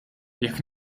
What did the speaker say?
jekk